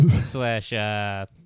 slash